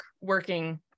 working